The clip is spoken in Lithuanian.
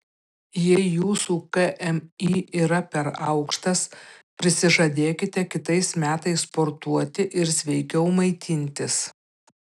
jei jūsų kmi yra per aukštas prisižadėkite kitais metais sportuoti ir sveikiau maitintis